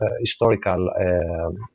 historical